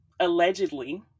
Allegedly